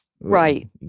right